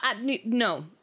no